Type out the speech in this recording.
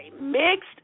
mixed